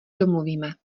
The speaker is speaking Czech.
domluvíme